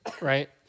right